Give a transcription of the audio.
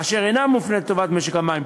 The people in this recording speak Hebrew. אשר אינם מופנים לטובת משק המים.